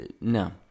No